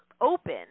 open